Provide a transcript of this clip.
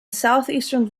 southeastern